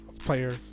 player